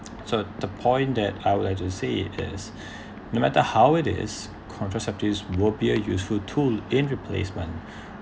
so the point that I would like to say is no matter how it is contraceptives will be a useful tool in replacement